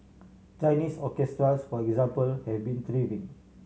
Chinese orchestras for example have been thriving